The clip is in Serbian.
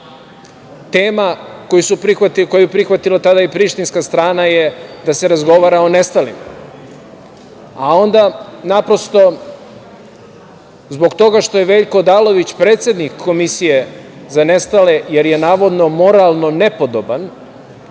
Tema koju je prihvatilo tada i prištinska strana, je da se razgovara o nestalima. Naprosto, zbog toga što je Veljko Odalović predsednik Komisije za nestale, jer je, navodno, moralno nepodoban.